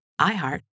iHeart